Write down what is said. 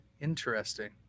Interesting